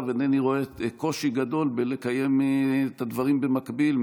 אינני רואה קושי גדול בלקיים את הדברים במקביל,